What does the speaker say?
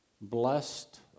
Blessed